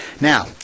Now